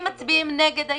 אם מצביעים נגד ההסתייגות,